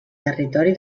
territori